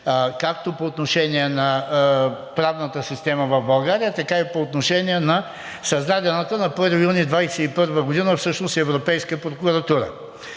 както по отношение на правната система в България, така и по отношение на създадената на 1 юни 2021 г. Европейска прокуратура.